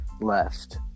left